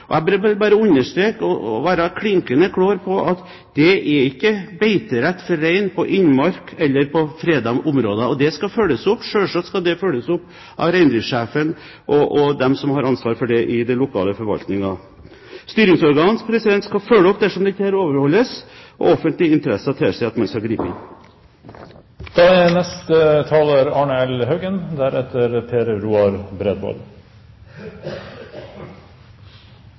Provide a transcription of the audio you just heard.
avverges. Jeg vil være klinkende klar på at det ikke er beiterett for rein på innmark eller på fredede områder, og det skal følges opp. Selvsagt skal det følges opp av reindriftssjefen og av andre som har ansvaret for dette i den lokale forvaltningen. Styringsorganer skal følge opp dersom dette ikke overholdes, og dersom offentlig interesser tilsier at man skal gripe